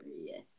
yes